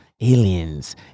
aliens